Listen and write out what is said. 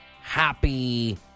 happy